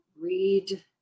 read